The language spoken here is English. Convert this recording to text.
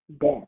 death